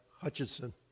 Hutchinson